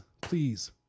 please